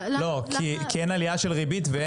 לא, כי אין עלייה של ריבית.